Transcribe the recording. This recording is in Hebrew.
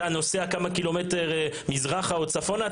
אתה נוסע כמה קילומטרים מזרחה או צפונה,